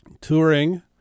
touring